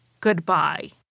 goodbye